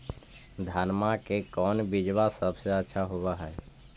धनमा के कौन बिजबा सबसे अच्छा होव है?